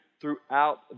throughout